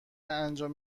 انجام